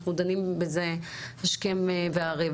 אנחנו דנים בזה השכם וערב.